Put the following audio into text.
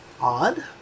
odd